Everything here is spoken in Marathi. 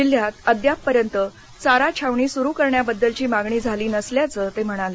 जिल्ह्यात अद्यापपर्यंत चारा छावणी सुरु कारण्याबद्दलची मागणी झालेली नसल्याचं ते म्हणाले